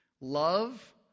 love